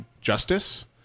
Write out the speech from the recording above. justice